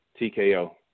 TKO